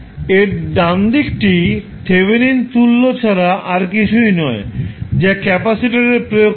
এর ডান দিকটি থেভেনিন তুল্য ছাড়া আর কিছুই নয় যা ক্যাপাসিটর এ প্রয়োগ করা হয়